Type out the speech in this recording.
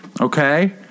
okay